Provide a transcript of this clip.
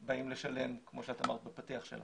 באים לשלם, כמו שאת אמרת בפתיח.